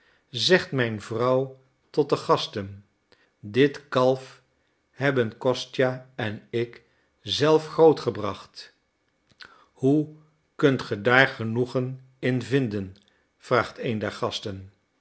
zegt mijn vrouw tot de gasten dit kalf hebben kostja en ik zelf groot gebracht hoe kunt ge daar genoegen in vinden vraagt een der gasten